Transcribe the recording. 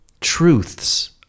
truths